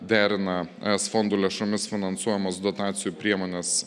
derina es fondų lėšomis finansuojamas dotacijų priemones